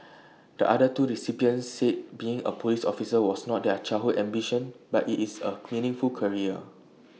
the other two recipients said being A Police officer was not their childhood ambition but IT is A meaningful career